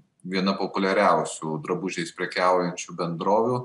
viena populiariausių drabužiais prekiaujančių bendrovių